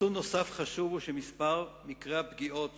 נוסף חשוב הוא שמספר מקרי פגיעות